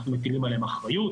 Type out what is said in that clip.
אנחנו מטילים עליהם אחריות,